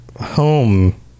home